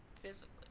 physically